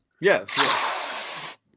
Yes